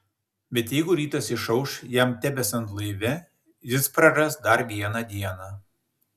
bet jeigu rytas išauš jam tebesant laive jis praras dar vieną dieną